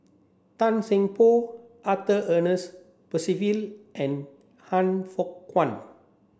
Tan Seng Poh Arthur Ernest Percival and Han Fook Kwang